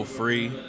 free